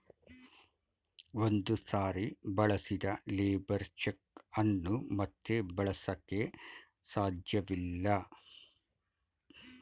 ಒಂದು ಸಾರಿ ಬಳಸಿದ ಲೇಬರ್ ಚೆಕ್ ಅನ್ನು ಮತ್ತೆ ಬಳಸಕೆ ಸಾಧ್ಯವಿಲ್ಲ